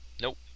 Nope